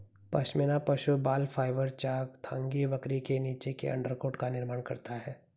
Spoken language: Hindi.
पश्मीना पशु बाल फाइबर चांगथांगी बकरी के नीचे के अंडरकोट का निर्माण करता है